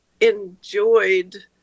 enjoyed